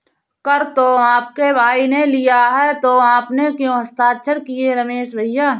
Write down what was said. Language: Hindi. कर तो आपके भाई ने लिया है तो आपने क्यों हस्ताक्षर किए रमेश भैया?